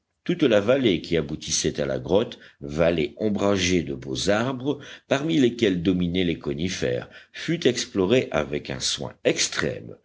toute la vallée qui aboutissait à la grotte vallée ombragée de beaux arbres parmi lesquels dominaient les conifères fut explorée avec un soin extrême